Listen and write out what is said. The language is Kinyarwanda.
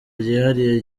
ryihariye